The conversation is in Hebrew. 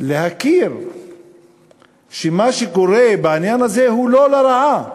להכיר שמה שקורה בעניין הזה הוא לא לרעה.